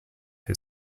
who